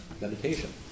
meditation